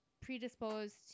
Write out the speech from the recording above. predisposed